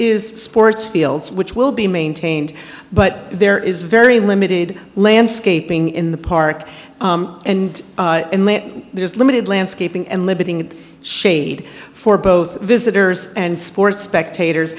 is sports fields which will be maintained but there is very limited landscaping in the park and there's limited landscaping and limiting shade for both visitors and sports spectators